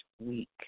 week